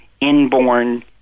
inborn